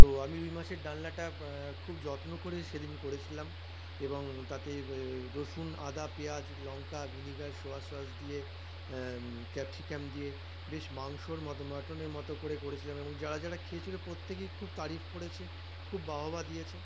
তো আমি রুই মাছের ডালনাটা খুব যত্ন করে সেদিন করেছিলাম এবং তাতে রসুন আদা পেঁয়াজ লঙ্কা ভিনিগার সোয়া সস দিয়ে ক্যাপসিকাম দিয়ে বেশ মাংসর মতো মটনের মতো করে করেছিলাম এবং যারা যারা খেয়েছিলো প্রত্যেকেই খুব তারিফ করেছে খুব বাহবা দিয়েছে